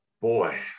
Boy